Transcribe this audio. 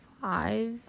five